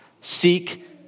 seek